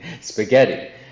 Spaghetti